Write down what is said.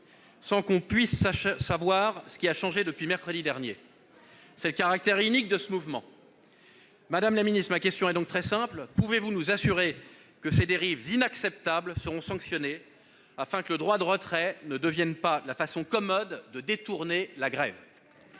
sans qu'on sache ce qui a changé depuis mercredi dernier. C'est le caractère inique de ce mouvement ! Madame la ministre, pouvez-vous nous assurer que ces dérives inacceptables seront sanctionnées, afin que le droit de retrait ne devienne pas la façon commode de détourner la grève ?